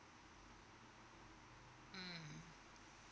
mm